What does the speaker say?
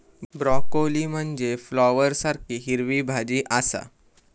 broccoli म्हनजे फ्लॉवरसारखी हिरवी भाजी आसा